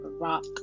rock